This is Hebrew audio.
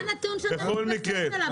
מה הנתון שאתה מתבסס עליו?